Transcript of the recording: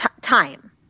time